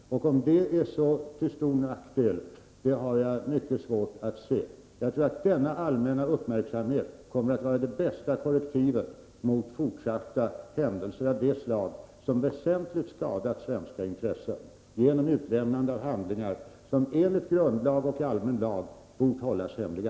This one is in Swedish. Jag har mycket svårt att se att det skulle vara till så stor nackdel. Jag tror att denna allmänna uppmärksamhet kommer att vara det bästa korrektivet mot fortsatta händelser av det slag som väsentligt skadat svenska intressen, nämligen utlämnande av handlingar, vilka enligt grundlag och allmän lag bort hållas hemliga.